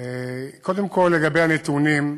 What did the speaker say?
קודם כול, לגבי הנתונים,